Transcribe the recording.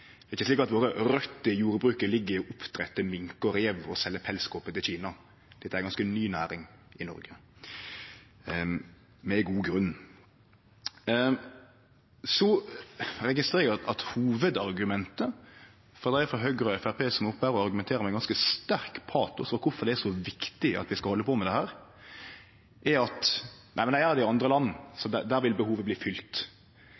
Det er ikkje slik at røtene våre i jordbruket ligg i oppdrett av mink og rev og i å selje pelskåper til Kina. Dette er ei ganske ny næring i Noreg – med god grunn. Eg registrerer at hovudargumentet frå dei frå Høgre og Framstegspartiet som er oppe her og argumenterer med ganske sterk patos om kvifor det er så viktig å halde på med dette, er at ein har det i andre land,